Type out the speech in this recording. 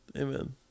amen